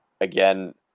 again